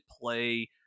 play